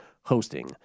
hosting